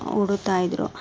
ಉಡುತ್ತಾ ಇದ್ರು